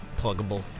pluggable